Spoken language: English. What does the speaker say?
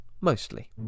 mostly